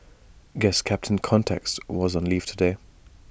guess captain context was on leave today